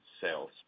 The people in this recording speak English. sales